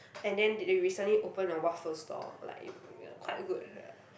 and then they they recently open a waffle store like uh quite good ya